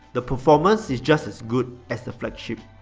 the performance is just as good as the flagship.